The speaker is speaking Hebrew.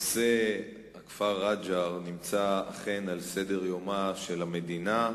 נושא הכפר רג'ר נמצא אכן על סדר-היום של המדינה,